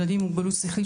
ילדים עם מוגבלות שכלית,